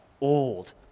old